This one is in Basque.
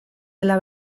dela